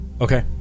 Okay